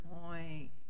point